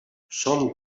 són